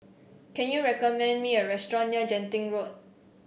can you recommend me a restaurant near Genting Road